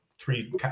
three